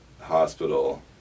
hospital